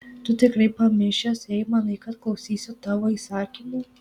tu tikrai pamišęs jei manai kad klausysiu tavo įsakymų